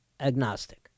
agnostic